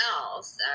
else